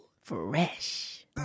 Fresh